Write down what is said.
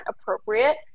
appropriate